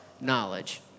knowledge